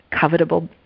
covetable